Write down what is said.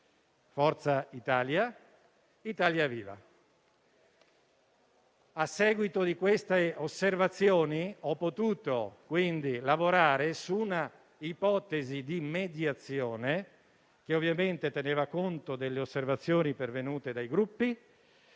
Forza Italia e Italia Viva. A seguito di queste osservazioni, quindi, ho potuto lavorare su una ipotesi di mediazione che, ovviamente, teneva conto delle osservazioni pervenute dai Gruppi